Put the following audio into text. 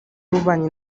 w’ububanyi